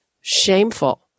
shameful